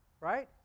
right